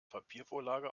papiervorlage